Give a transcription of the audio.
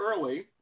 early